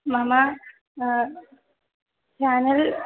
मम चानल्